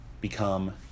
become